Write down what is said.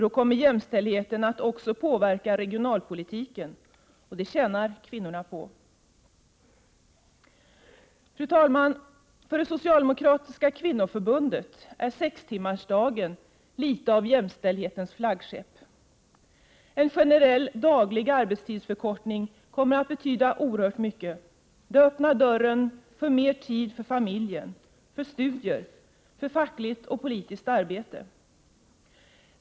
Då kommer jämställdheten att också påverka regionalpolitiken, och det tjänar kvinnorna på. Fru talman! För det socialdemokratiska kvinnoförbundet är sextimmarsdagen litet av jämställdhetens flaggskepp. En generell daglig arbetstidsförkortning kommer att betyda oerhört mycket. Det öppnar dörren till mer tid för familjen, för studier, för fackligt och politiskt arbete.